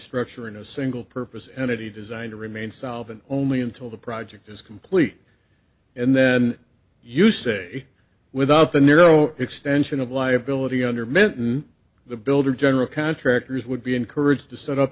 structure in a single purpose entity designed to remain solvent only until the project is complete and then you say without the narrow extension of liability under minton the builder general contractors would be encouraged to set up